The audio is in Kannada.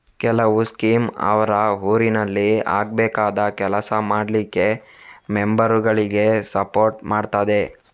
ಕೆಲವು ಸ್ಕೀಮ್ ಅವ್ರ ಊರಿನಲ್ಲಿ ಆಗ್ಬೇಕಾದ ಕೆಲಸ ಮಾಡ್ಲಿಕ್ಕೆ ಮೆಂಬರುಗಳಿಗೆ ಸಪೋರ್ಟ್ ಮಾಡ್ತದೆ